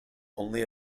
only